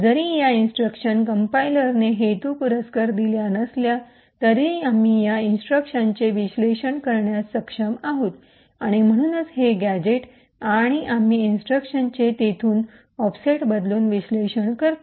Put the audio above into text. जरी या इंस्ट्रक्शन कम्पाइलरने हेतू पुरस्कर दिल्या नसल्या तरी आम्ही या इंस्ट्रक्शनचे संश्लेषण करण्यास सक्षम आहोत आणि म्हणूनच हे गॅझेट आणि आम्ही इंस्ट्रक्शनचे तिथून ऑफसेट बदलून विश्लेषण करतो